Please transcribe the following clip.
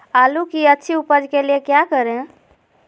आलू की अच्छी उपज के लिए क्या करें?